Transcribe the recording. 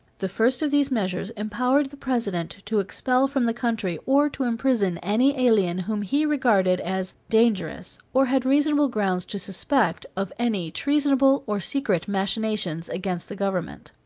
the first of these measures empowered the president to expel from the country or to imprison any alien whom he regarded as dangerous or had reasonable grounds to suspect of any treasonable or secret machinations against the government.